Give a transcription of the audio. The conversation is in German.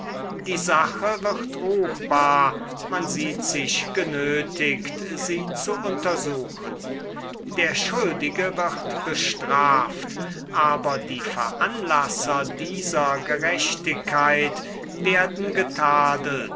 die sache wird ruchbar man sieht sich genötigt sie zu untersuchen der schuldige wird bestraft aber die veranlasser dieser gerechtigkeit werden